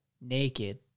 naked